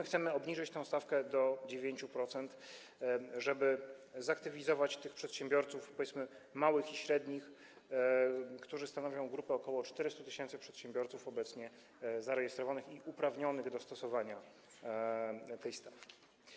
Chcemy obniżyć tę stawkę do 9%, żeby zaktywizować przedsiębiorców, powiedzmy, małych i średnich, którzy stanowią grupę ok. 400 tys. przedsiębiorców obecnie zarejestrowanych i uprawnionych do stosowania tej stawki.